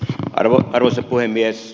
arvoisa puhemies